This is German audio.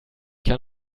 kann